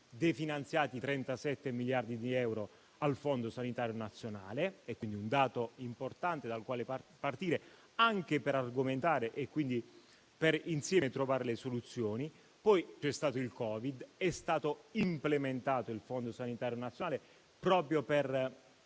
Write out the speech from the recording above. definanziati 37 miliardi di euro al fondo sanitario nazionale; un dato importante dal quale partire anche per argomentare e quindi per trovare insieme le soluzioni. C'è stato poi il Covid ed è stato implementato il fondo sanitario nazionale proprio per